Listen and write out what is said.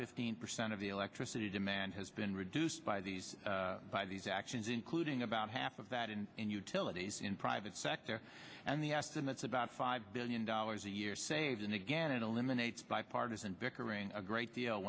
fifteen percent of the electricity demand has been reduced by these by these actions including about half of that in and utilities in private sector and the estimates about five billion dollars a year saves and again and eliminates by partisan bickering a great deal